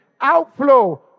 outflow